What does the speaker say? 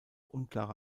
unklare